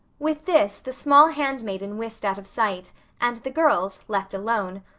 with this the small handmaiden whisked out of sight and the girls, left alone,